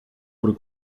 wurde